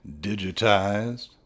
digitized